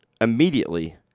immediately